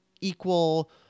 equal